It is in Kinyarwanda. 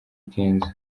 kenzo